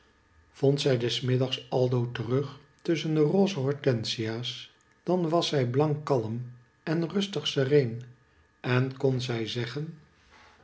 vond zij des middags aldo terug tusschen de roze hortensia's dan was zij blank kalm en rustig sereen en kon zij zeggen